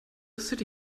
city